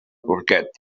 porquet